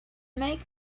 make